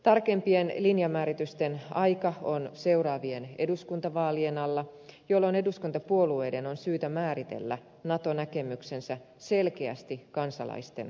tarkempien linjamääritysten aika on seuraavien eduskuntavaalien alla jolloin eduskuntapuolueiden on syytä määritellä nato näkemyksensä selkeästi kansalaisten arvioitavaksi